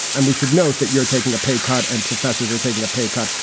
and we should note that you're taking a pay cut and professors are taking a pay cut.